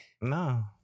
No